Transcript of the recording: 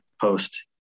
post